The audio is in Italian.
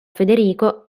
federico